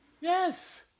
Yes